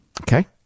Okay